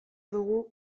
dugu